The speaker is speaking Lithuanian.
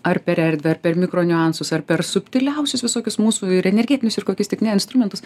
ar per erdvę ir per mikro niuansus ar per subtiliausius visokius mūsų ir energetinius ir kokius tik ne instrumentus